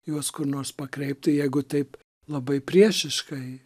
juos kur nors pakreipti jeigu taip labai priešiškai